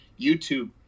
YouTube